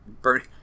Bernie